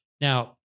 Now